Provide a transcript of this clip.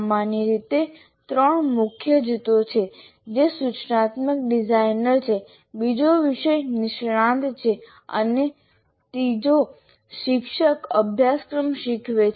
સામાન્ય રીતે ત્રણ મુખ્ય જૂથો છે એક સૂચનાત્મક ડિઝાઇનર છે બીજો વિષય નિષ્ણાત છે અથવા શિક્ષક જેઓ અભ્યાસક્રમ શીખવે છે